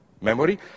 memory